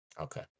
Okay